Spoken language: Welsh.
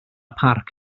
parc